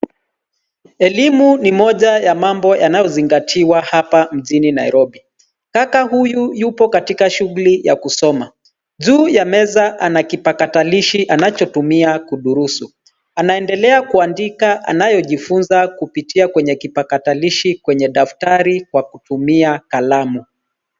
Elimu ni moja ya mambo yanayozingatiwa hapa mjini Nairobi. Kaka huyu yupo katika shughuli ya kusoma. Juu ya meza ana kipakatalishi anachotumia kudurusu. Anaendelea kuandika anayojifunza kupitia kwenye kipakatalishi kwenye daftari kwa kutumia kalamu.